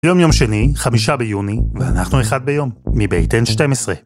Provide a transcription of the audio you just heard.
היום יום שני, חמישה ביוני, ואנחנו אחד ביום, מבית N12.